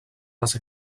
les